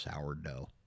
sourdough